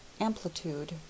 Amplitude